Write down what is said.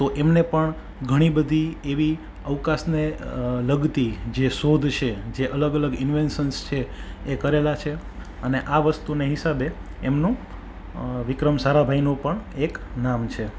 તો એમને પણ ઘણી બધી એવી અવકાશને લગતી જે શોધ છે જે અલગ અલગ ઇનવેન્સન્સ છે એ કરેલા છે અને આ વસ્તુને હિસાબે એમનું વિક્રમ સારાભાઈનું પણ એક નામ છે